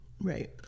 Right